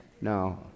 No